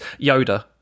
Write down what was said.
Yoda